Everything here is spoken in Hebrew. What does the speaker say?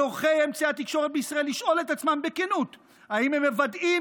על עורכי אמצעי התקשורת בישראל לשאול את עצמם בכנות אם הם מוודאים